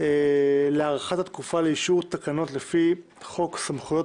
להארכת התקופה לאישור תקנות לפי חוק סמכויות